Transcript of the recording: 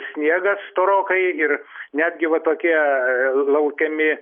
sniegas storokai ir netgi va tokie laukiami